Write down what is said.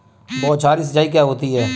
बौछारी सिंचाई क्या होती है?